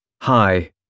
Hi